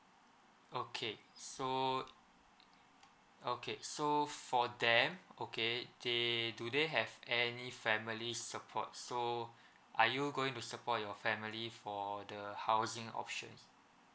okay so okay so for them okay they do they have any family support so are you going to support your family for the housing options